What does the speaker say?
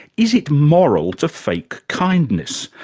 is it moral to fake kindness?